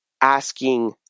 asking